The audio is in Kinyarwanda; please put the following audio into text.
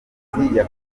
asobanura